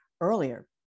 earlier